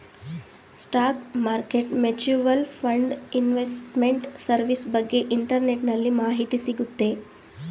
stock market mutual fund investment service ಬಗ್ಗೆ ಇಂಟರ್ನೆಟ್ಟಲ್ಲಿ ಮಾಹಿತಿ ಸಿಗುತ್ತೆ